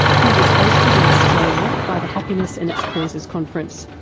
he was hosted in australia by the happiness and its causes conference.